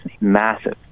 massive